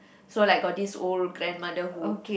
so like got this old grandmother who